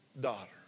daughter